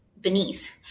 beneath